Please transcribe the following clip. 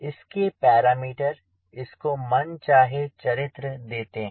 इसके पैरामीटर इसको मनचाहे चरित्र देते हैं